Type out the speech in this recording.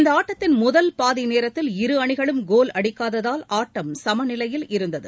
இந்த ஆட்டத்தின் முதல் பாதி நேரத்தில் இரு அணிகளும் கோல் அடிக்காததால் ஆட்டம் சம நிலையில் இருந்தது